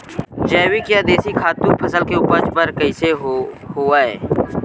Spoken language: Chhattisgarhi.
जैविक या देशी खातु फसल के उपज बर कइसे होहय?